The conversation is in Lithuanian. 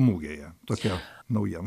mugėje tokia naujiena